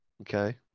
Okay